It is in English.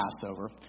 Passover